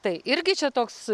tai irgi čia toks